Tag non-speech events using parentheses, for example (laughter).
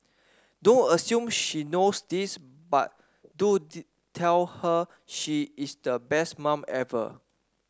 don't assume she knows this but do (unintelligible) tell her she is the best mum ever